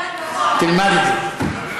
תלמד את זה.